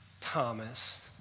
Thomas